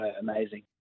amazing